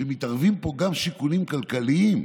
הוא שמתערבים פה גם שיקולים כלכליים,